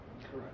Correct